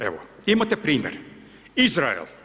Evo, imate primjer, Izrael.